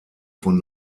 von